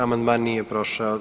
Amandman nije prošao.